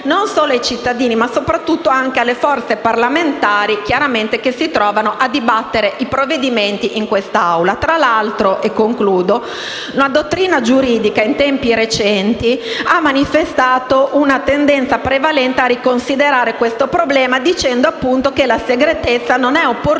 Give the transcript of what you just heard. non solo ai cittadini ma soprattutto anche alle forze parlamentari che si trovano a dibattere i provvedimenti in quest'Aula. Tra l'altro, una dottrina giuridica ha manifestato in tempi recenti una tendenza prevalente a riconsiderare questo problema, dicendo appunto che la segretezza non è opportuna